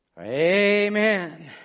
Amen